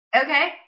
okay